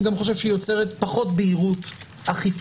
אני גם חושב שהיא יוצרת פחות בהירות אכיפתית,